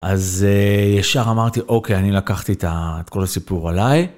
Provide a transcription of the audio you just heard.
אז ישר אמרתי, אוקיי, אני לקחתי את כל הסיפור עליי.